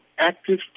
active